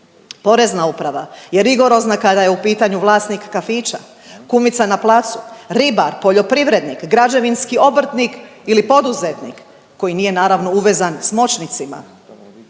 Porezna uprava je rigorozna kada je u pitanju vlasnik kafića, kumica na placu, ribar, poljoprivrednik, građevinski obrtnik ili poduzetnik koji nije naravno uvezan s moćnicima,